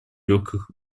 легких